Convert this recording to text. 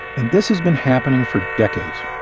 and this has been happening for decades.